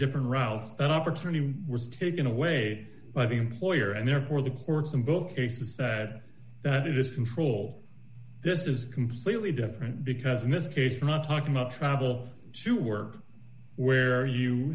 different routes than opportunity was taken away by the employer and therefore the courts in both cases that that it is control this is completely different because in this case i'm not talking about well to work where you